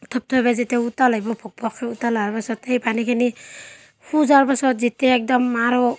থপথপে যেতিয়া উতল আহিব ভক্ভক্কৈ উতল অহাৰ পাছত সেই পানীখিনি শুজাৰ পাছত যেতিয়া একদম আৰু